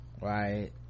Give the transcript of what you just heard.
Right